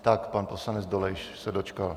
Tak pan poslanec Dolejš se dočkal.